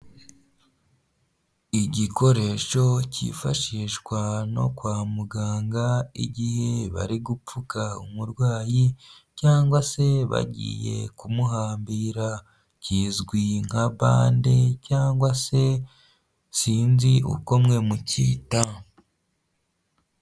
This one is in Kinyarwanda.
Igikoresho cyifashishwa no kwa muganga, igihe bari gupfuka umurwayi cyangwa se bagiye kumuhambira, kizwi nka bande cyangwa se sinzi uko mwe mukita.